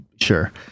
Sure